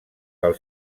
pel